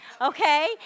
okay